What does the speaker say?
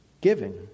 Giving